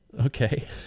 okay